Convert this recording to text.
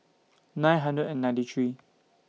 nine hundred and ninety three